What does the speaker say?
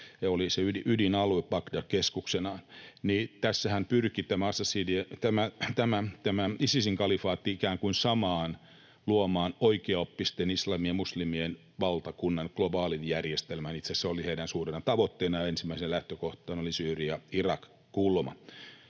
ja oli se ydinalue, Bagdad keskuksenaan, niin että tässähän pyrki tämän Isisin-kalifaatti ikään kuin samaan — luomaan oikeaoppisen islamin ja muslimien valtakunnan, globaalin järjestelmän. Itse asiassa se oli heidän suurena tavoitteenaan, ja ensimmäisenä lähtökohtana oli Syyria—Irak-kulma.